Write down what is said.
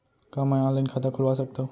का मैं ऑनलाइन खाता खोलवा सकथव?